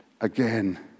again